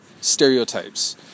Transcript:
stereotypes